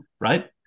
right